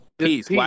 Peace